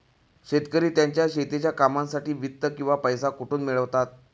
शेतकरी त्यांच्या शेतीच्या कामांसाठी वित्त किंवा पैसा कुठून मिळवतात?